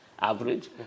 average